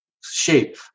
shape